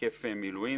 היקף מילואים.